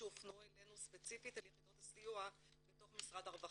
שהופנו אלינו ספציפית אל יחידות הסיוע בתוך משרד הרווחה.